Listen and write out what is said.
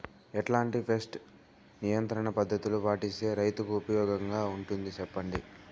ఎట్లాంటి పెస్ట్ నియంత్రణ పద్ధతులు పాటిస్తే, రైతుకు ఉపయోగంగా ఉంటుంది సెప్పండి?